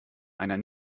einer